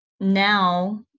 now